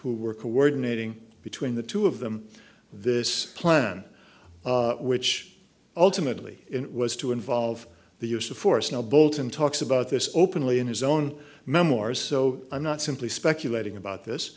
who were coordinating between the two of them this plan which ultimately it was to involve the use of force now bolton talks about this openly in his own memoirs so i'm not simply speculating about this